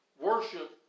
Worship